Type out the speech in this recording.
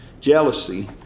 jealousy